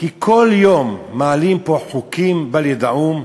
כי כל יום מעלים פה חוקים בל ידעום,